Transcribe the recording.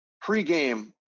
Pre-game